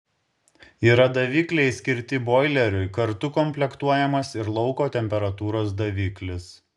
yra davikliai skirti boileriui kartu komplektuojamas ir lauko temperatūros daviklis